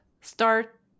start